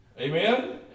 Amen